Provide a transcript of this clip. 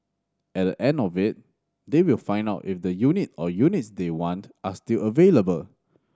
at the end of it they will find out if the unit or units they want are still available